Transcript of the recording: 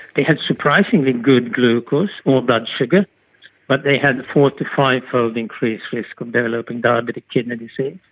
they had surprisingly good glucose or blood sugar but they had a forty five fold increase risk of developing diabetic kidney disease.